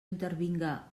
intervinga